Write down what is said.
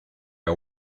are